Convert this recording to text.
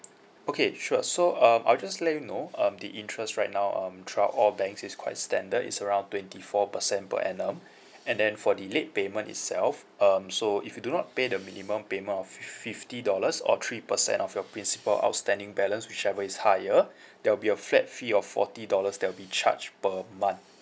okay sure so um I'll just let you know um the interest right now um throughout all banks is quite standard it's around twenty four percent per annum and then for the late payment itself um so if you do not pay the minimum payment of fif~ fifty dollars or three percent of your principal outstanding balance whichever is higher there will be a flat fee of forty dollars that will be charged per month